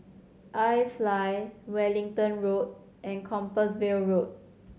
IFly Wellington Road and Compassvale Road